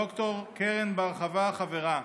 ד"ר קרן בר-חוה, חברה.